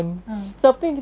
ah